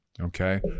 Okay